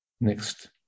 Next